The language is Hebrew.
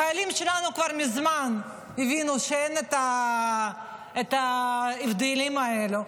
החיילים שלנו כבר מזמן הבינו שאין את ההבדלים האלו.